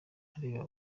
areba